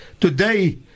today